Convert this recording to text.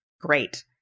great